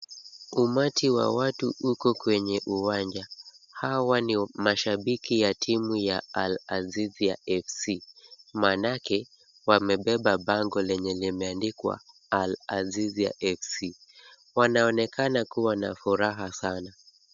Umati wa watu uko kwenye uwanja. Hawa ni mashabiki ya timu ya Al-Azizia FC, maanake wamebeba bango lenye limeandikwa Al-Azizia FC. Wanaonekana kuwa na furaha sana.